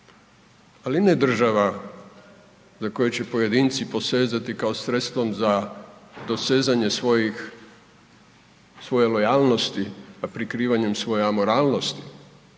ali ne država za koju će pojedinci posezati kao sredstvom za dosezanje svoje lojalnosti, a prikrivanjem svoje amoralnosti